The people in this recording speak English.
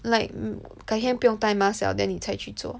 like 改天不用戴 mask liao then 你才去做